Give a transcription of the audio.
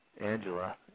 Angela